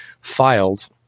filed